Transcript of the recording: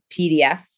PDF